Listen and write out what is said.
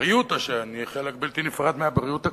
ובריאות השן היא חלק בלתי נפרד מהבריאות הכללית.